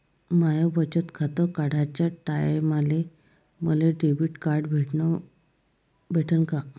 माय बचत खातं काढाच्या टायमाले मले डेबिट कार्ड भेटन का?